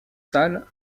salle